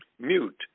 mute